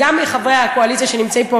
גם מחברי הקואליציה שנמצאים פה,